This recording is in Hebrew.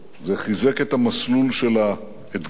זה חיזק את המסלול של האתגר.